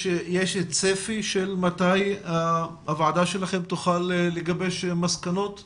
יש צפי של מתי הוועדה שלכם תוכל לגבש מסקנות בנושא?